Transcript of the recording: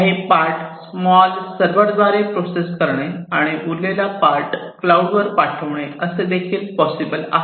काही part small server द्वारे process करणे आणि उरलेला पार्ट क्लाऊडवर पाठवणे असे देखील पॉसिबल आहे